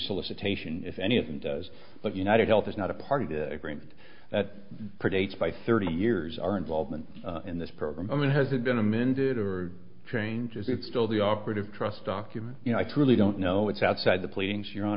solicitation if any of them does but united health is not a part of the agreement that predates by thirty years our involvement in this program i mean has it been amended or change is still the operative trust document you know i truly don't know it's outside the pleading